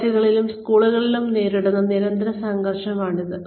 കോളേജുകളും സ്കൂളുകളും നേരിടുന്ന നിരന്തര സംഘർഷമാണിത്